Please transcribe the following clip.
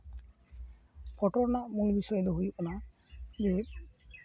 photo ᱨᱮᱱᱟᱜ ᱢᱩᱞ ᱵᱤᱥᱚᱭ ᱫᱚ ᱦᱩᱭᱩᱜ ᱠᱟᱱᱟ ᱡᱮ